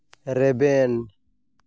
ᱨᱮᱵᱮᱱ